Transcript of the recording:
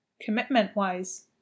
commitment-wise